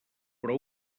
però